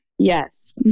Yes